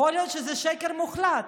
יכול להיות שזה שקר מוחלט,